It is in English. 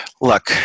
Look